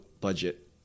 budget